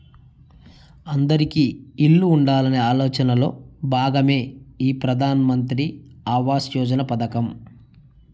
అందిరికీ ఇల్లు ఉండాలనే ఆలోచనలో భాగమే ఈ ప్రధాన్ మంత్రి ఆవాస్ యోజన పథకం